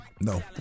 No